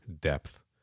depth